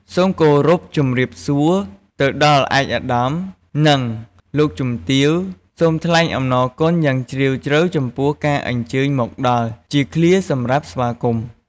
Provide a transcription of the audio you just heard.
សូមគោរពជម្រាបសួរទៅដល់ឯកឧត្តម និងលោកជំទាវ សូមថ្លែងអំណរគុណយ៉ាងជ្រាលជ្រៅចំពោះការអញ្ជើញមកដល់ ជាឃ្លាសម្រាប់ស្វាគមន៍។